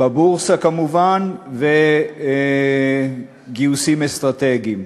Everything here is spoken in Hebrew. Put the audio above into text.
בבורסה כמובן, וגיוסים אסטרטגיים.